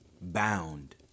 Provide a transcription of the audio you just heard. bound